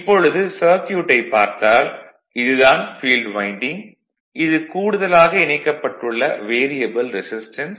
இப்பொழுது சர்க்யூட்டைப் பார்த்தால் இது தான் ஃபீல்டு வைண்டிங் இது கூடுதலாக இணைக்கப்பட்டுள்ள வேரியபல் ரெசிஸ்டன்ஸ்